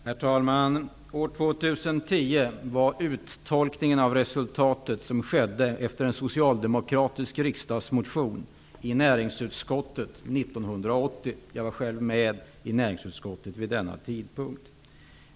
Herr talman! År 2010 var uttolkningen av resultatet som skedde efter en socialdemokratisk riksdagsmotion i näringsutskottet 1980. Jag var själv med i näringsutskottet vid denna tidpunkt.